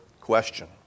question